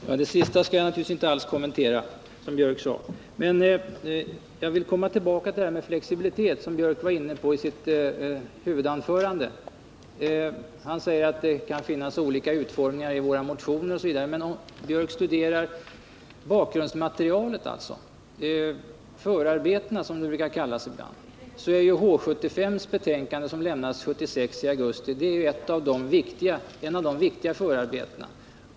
Herr talman! Det sista skall jag naturligtvis inte alls kommentera. Jag vill komma tillbaka till det resonemang om flexibilitet som Gunnar Biörck var inne på i sitt huvudanförande. Han sade att det kan finnas olika utformningar i våra motioner. Men Gunnar Biörck kan studera bakgrundsmaterialet och förarbetena, där H 75:s betänkande som avlämnades i augusti 1976 är ett av de viktigaste förarbetena.